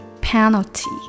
Penalty